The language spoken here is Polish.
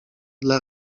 dla